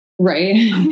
Right